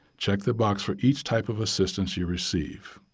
check the box for each type of assistance you receive.